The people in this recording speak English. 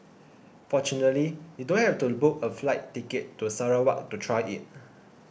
fortunately you don't have to book a flight ticket to Sarawak to try it